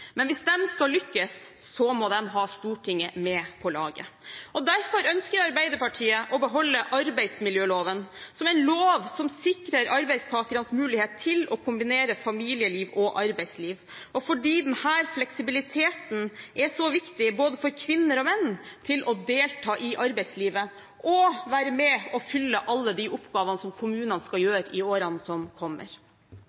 Men hvis de skal lykkes, må de ha Stortinget med på laget. Derfor ønsker Arbeiderpartiet å beholde arbeidsmiljøloven som en lov som sikrer arbeidstakerne mulighet til å kombinere familieliv og arbeidsliv, fordi denne fleksibiliteten er så viktig for både kvinner og menn for å delta i arbeidslivet og være med og fylle alle de oppgavene som kommunene skal